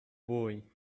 boy